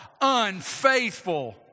unfaithful